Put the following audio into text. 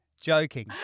Joking